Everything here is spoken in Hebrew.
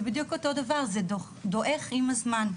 זה בדיוק אותו דבר, זה דועך עם הזמן.